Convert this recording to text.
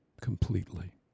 completely